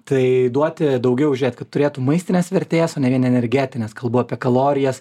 tai duoti daugiau žiūrėt kad turėtų maistinės vertės o ne vien energetinės kalbu apie kalorijas